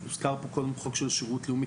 הוזכר פה קודם חוק של שירות לאומי.